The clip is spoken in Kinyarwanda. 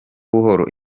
buhoro